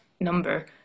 number